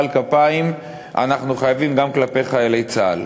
על כפיים אנחנו חייבים גם כלפי חיילי צה"ל.